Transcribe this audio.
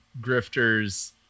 grifters